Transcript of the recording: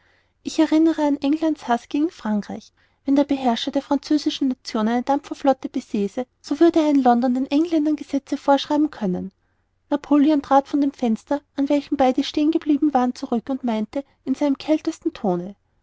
ich erinnere an england's haß gegen frankreich wenn der beherrscher der französischen nation eine dampferflotte besäße so würde er in london den engländern gesetze vorschreiben können napoleon trat von dem fenster an welchem beide stehen geblieben waren zurück und meinte in seinem kältesten tone